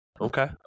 Okay